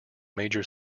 major